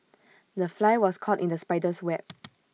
the fly was caught in the spider's web